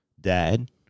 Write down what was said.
dad